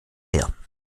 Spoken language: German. her